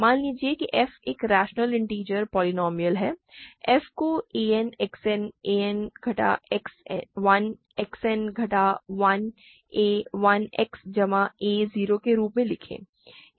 मान लीजिए कि f एक रैशनल इन्टिजर पोलीनोमिअल है f को a n X n a n घटा 1 X n घटा 1 a 1 X जमा a 0 के रूप में लिखें